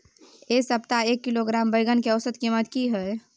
ऐ सप्ताह एक किलोग्राम बैंगन के औसत कीमत कि हय?